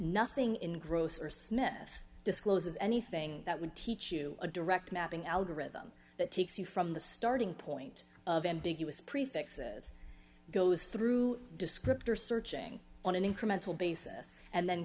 nothing in grosser smith discloses anything that would teach you a direct mapping algorithm that takes you from the starting point of ambiguous prefixes goes through descriptor searching on an incremental basis and then